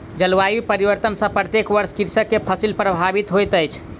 जलवायु परिवर्तन सॅ प्रत्येक वर्ष कृषक के फसिल प्रभावित होइत अछि